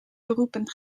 beroepen